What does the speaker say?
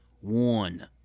one